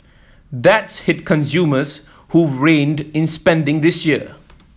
that's hit consumers who've reined in spending this year